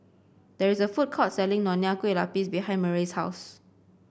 there is a food court selling Nonya Kueh Lapis behind Murray's house